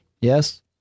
Yes